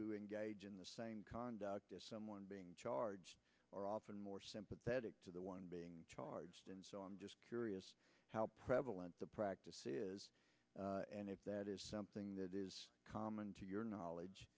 who engage in the same conduct as someone being charged are often more sympathetic to the one being charged and so i'm just curious how prevalent the practice is and if that is something that is common to your knowledge